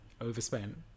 overspent